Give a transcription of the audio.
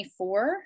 24